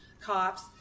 cops